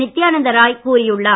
நித்தியானந்த ராய் கூறியுள்ளார்